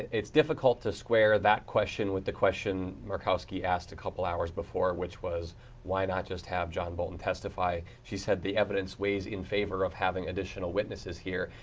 it's difficult to square that question with the question murkowski asked a couple hours before which was why not just have john bolton testify, she said the evidence weighs in the favor of having additional witnesses here.